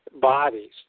bodies